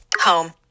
Home